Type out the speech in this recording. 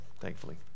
thankfully